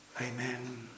Amen